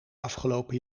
afgelopen